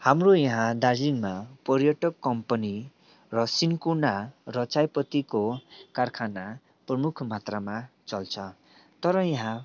हाम्रो यहाँ दार्जिलिङमा पर्यटक कम्पनी र सिन्कोना र चायपत्तीको कारखाना प्रमुख मात्रमा चल्छ तर यहाँ